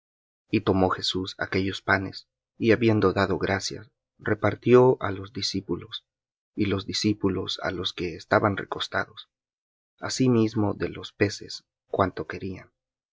y tomó jesús aquellos panes y habiendo dado gracias repartió á los discípulos y los discípulos á los que estaban recostados asimismo de los peces cuanto querían